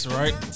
right